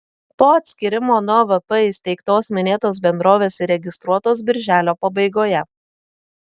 po atskyrimo nuo vp įsteigtos minėtos bendrovės įregistruotos birželio pabaigoje